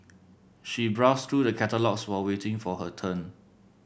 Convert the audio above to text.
she browsed through the catalogues while waiting for her turn